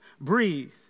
breathe